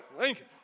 Lincoln